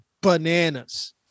bananas